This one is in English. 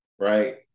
right